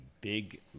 big